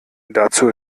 dazu